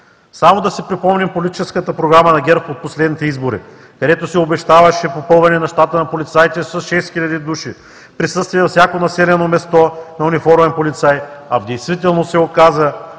Само да си припомним политическата Програма на ГЕРБ от последните избори, където се обещаваше попълване на щата на полицаите с 6 хиляди души; присъствие във всяко населено място на униформен полицай, а в действителност се оказа,